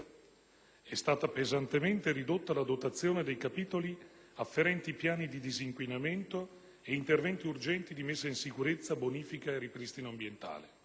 è stata pesantemente ridotta la dotazione dei capitoli afferenti piani di disinquinamento e interventi urgenti di messa in sicurezza, bonifica e ripristino ambientale.